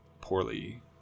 poorly